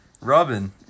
Robin